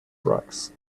rugs